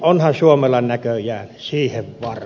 onhan suomella näköjään siihen varaa